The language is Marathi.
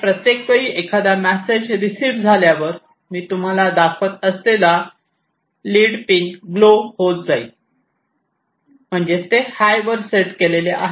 आणि प्रत्येक वेळी एखादा मेसेज रिसीव झाल्यावर मी तुम्हाला दाखवत असलेला लीड पिन ग्लोव होत जाईल म्हणजेच ते हाय वर सेट केलेले आहे